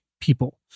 people